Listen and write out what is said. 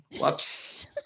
Whoops